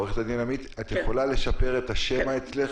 את יכולה לשפר את השמע אצלך?